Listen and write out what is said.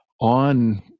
on